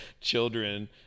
children